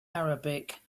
arabic